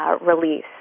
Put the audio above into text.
release